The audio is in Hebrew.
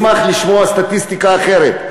אני אשמח לשמוע סטטיסטיקה אחרת.